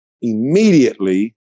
immediately